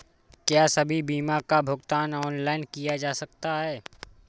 क्या सभी बीमा का भुगतान ऑनलाइन किया जा सकता है?